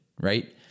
right